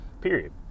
period